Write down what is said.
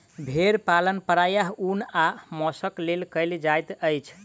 भेड़ पालन प्रायः ऊन आ मौंसक लेल कयल जाइत अछि